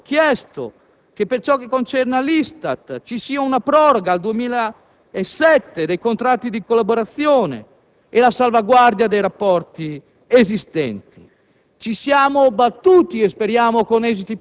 chiesto, sempre sul tema del lavoro, che per ciò che concerne l'ISTAT ci sia una proroga al 2007 dei contratti di collaborazione e la salvaguardia dei rapporti esistenti.